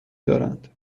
دارند